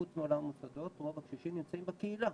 חוץ מעולם המוסדות רוב הקשישים נמצאים בקהילה,